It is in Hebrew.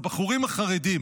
הבחורים החרדים